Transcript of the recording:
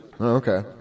Okay